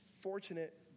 fortunate